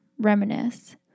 Reminisce